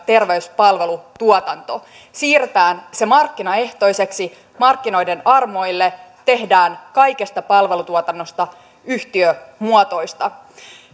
terveyspalvelutuotanto siirretään se markkinaehtoiseksi markkinoiden armoille tehdään kaikesta palvelutuotannosta yhtiömuotoista